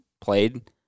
played